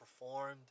performed